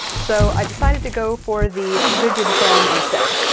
so i decided to go for the rigid foam instead.